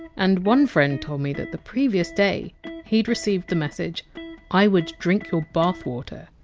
and one friend told me that the previous day, he had received the message i would drink your bathwater!